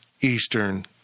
eastern